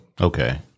Okay